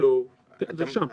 זה שם.